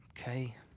Okay